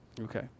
okay